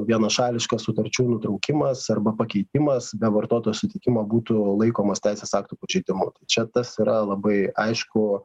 vienašališkas sutarčių nutraukimas arba pakeitimas be vartotojo sutikimo būtų laikomas teisės aktų pažeidimu čia tas yra labai aišku